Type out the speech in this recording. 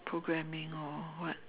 programming or what